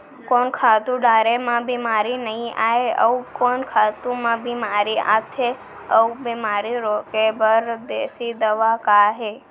कोन खातू डारे म बेमारी नई आये, अऊ कोन खातू म बेमारी आथे अऊ बेमारी रोके बर देसी दवा का हे?